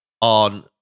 On